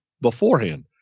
beforehand